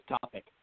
topic